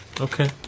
Okay